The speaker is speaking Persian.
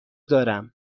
دارم